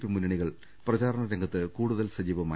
P മുന്നണികൾ പ്രചാരണ രംഗത്ത് കൂടുതൽ സജീവമായി